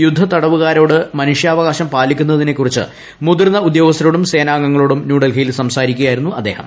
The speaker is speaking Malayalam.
യുദ്ധതടവുകാരോട് യുദ്ധസമയത്തും പാലിക്കുന്നതിനെക്കുറിച്ച് മുതിർന്ന ഉദ്യോഗസ്ഥരോടും സേനാംഗങ്ങളോടും ന്യൂഡൽഹിയിൽ സംസാരിക്കുകയായിരുന്നു അദ്ദേഹം